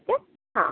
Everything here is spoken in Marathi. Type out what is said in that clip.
ठीक आहे हा